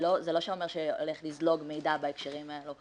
זה לא אומר שהולך לזלוג מידע בהקשרים האלה,